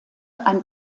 ein